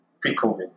pre-COVID